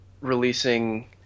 releasing